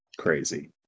Crazy